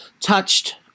touched